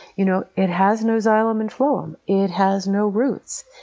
you know it has no xylem and phloem, it has no roots,